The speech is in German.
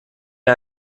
wir